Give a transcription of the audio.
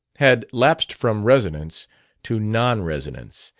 had lapsed from resonance to non-resonance,